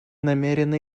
намерена